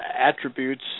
attributes